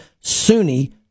Sunni